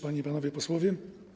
Panie i Panowie Posłowie!